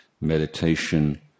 meditation